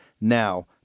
now